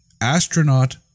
astronaut